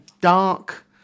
dark